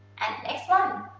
and next one.